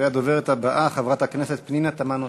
הדוברת הבאה, חברת הכנסת פנינה תמנו-שטה,